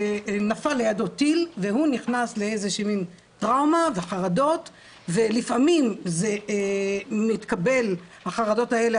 נפל לידו טיל והוא נכנס לאיזו שהיא טראומה וחרדות ולפעמים החרדות האלה,